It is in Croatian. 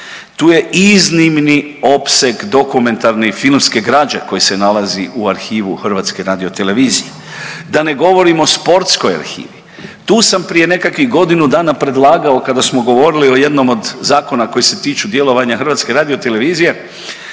Tu je iznimni opseg dokumentarne i filmske građe koji se nalazi u Arhivu HRT-a, da ne govorimo o sportskoj arhivi. Tu sam prije nekakvih godinu dana predlagao kada smo govorili o jednom od zakona koji se tiču djelovanja HRT-a evo i